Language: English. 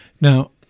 Now